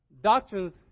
doctrines